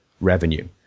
revenue